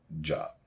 job